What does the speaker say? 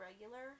regular